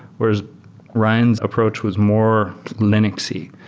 whereas ryan's approach was more linuxy,